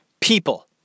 people